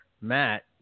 Matt